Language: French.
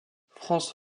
france